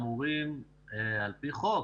אמורים על פי חוק,